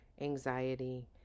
anxiety